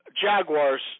Jaguars